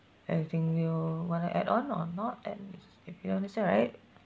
anything you want to add on or not and if if you understand right